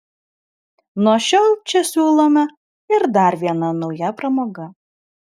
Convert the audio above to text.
nuo šiol čia siūloma ir dar viena nauja pramoga